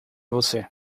você